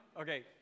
Okay